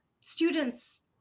students